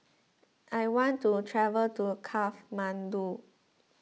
I want to travel to Kathmandu